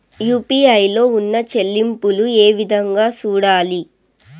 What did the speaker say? UPI లో ఉన్న చెల్లింపులు ఏ విధంగా సూడాలి